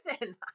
listen